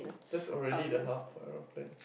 that's already the hub for aeroplanes